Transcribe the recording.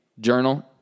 journal